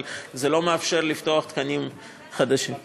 אבל זה לא מאפשר לפתוח תקנים חדשים.